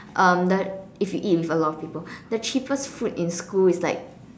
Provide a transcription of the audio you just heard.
um the if you eat with a lot of people the cheapest food in school is like